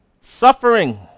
suffering